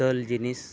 ᱫᱟᱹᱞ ᱡᱤᱱᱤᱥ